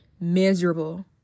miserable